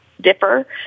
differ